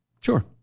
Sure